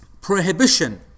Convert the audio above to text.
prohibition